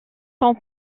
son